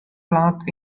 cloth